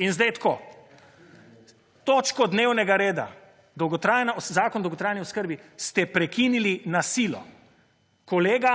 In zdaj tako. Točko dnevnega reda Zakon o dolgotrajni oskrbi ste prekinili na silo. Kolega